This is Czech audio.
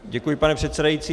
Děkuji, pane předsedající.